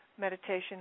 meditation